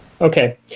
Okay